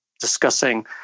discussing